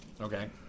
Okay